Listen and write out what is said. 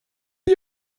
die